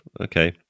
Okay